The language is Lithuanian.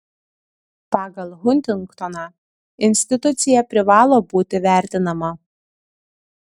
pagal huntingtoną institucija privalo būti vertinama